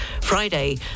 Friday